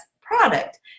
product